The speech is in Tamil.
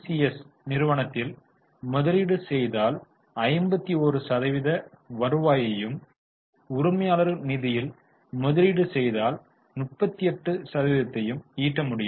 எஸ் நிறுவனத்தில் முதலீடு செய்தால் 51 சதவிகித வருவாயையும் உரிமையாளர்கள் நிதியில் முதலீடு செய்தால் 38 சதவிகிதத்தையும் ஈட்ட முடிகிறது